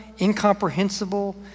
incomprehensible